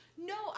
No